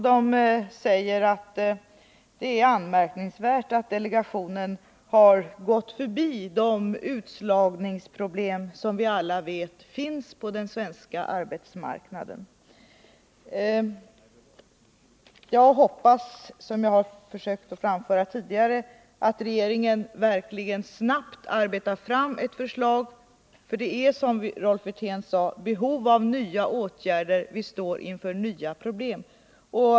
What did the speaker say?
De finner det anmärkningsvärt att delegationen har gått förbi de utslagningsproblem som vi alla vet finns på den svenska arbetsmarknaden. Jag hoppas alltså att regeringen snabbt arbetar fram ett förslag. Det finns, som Rolf Wirtén sade, behov av nya åtgärder. Vi står inför nya problem.